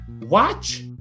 watch